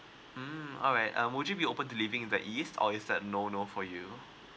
mm alright um would you be open to living in the east or is that no no for you